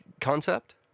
concept